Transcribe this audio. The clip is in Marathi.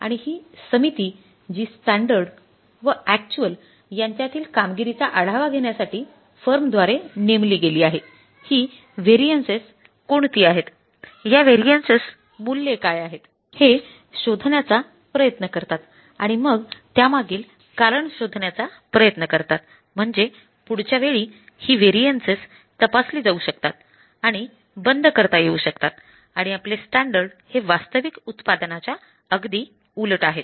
आणि ही समिती जी स्टँडर्ड हे वास्तविक उत्पादनाच्या अगदी उलट आहेत